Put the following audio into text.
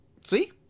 See